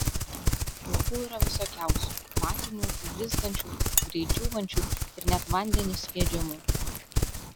lakų yra visokiausių matinių blizgančių greit džiūvančių ir net vandeniu skiedžiamų